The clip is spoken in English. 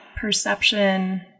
perception